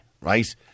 right